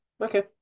Okay